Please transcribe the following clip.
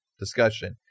discussion